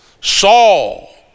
Saul